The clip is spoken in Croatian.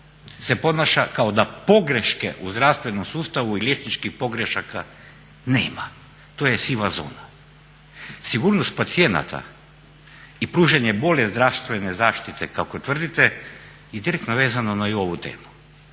se ponaša kao da pogreške u zdravstvenom sustavu i liječničkih pogrešaka nema. To je siva zona. Sigurnost pacijenata i pružanje bolje zdravstvene zaštite kako tvrdite je direktno vezano na ovu temu.